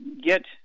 get